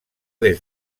des